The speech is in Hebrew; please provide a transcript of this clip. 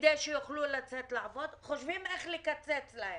כדי שיוכלו לצאת לעבוד חושבים איך לקצץ להם,